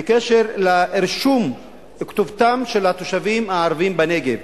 בקשר לרישום כתובתם של התושבים הערבים בנגב.